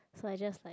so I just like